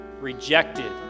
rejected